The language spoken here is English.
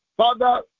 Father